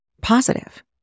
positive